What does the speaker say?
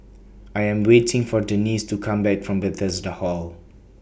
I Am waiting For Denisse to Come Back from Bethesda Hall